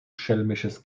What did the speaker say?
schelmisches